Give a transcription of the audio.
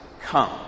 Come